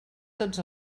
tots